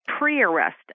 pre-arrest